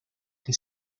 que